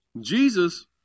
Jesus